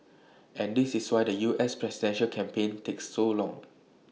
and this is why the U S presidential campaign takes so long